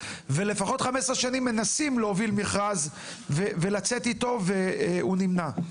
ושבמשך 15 שנים לפחות מנסים להוביל מכרז ולצאת איתו וזה נמנע.